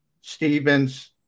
Stevens